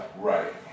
Right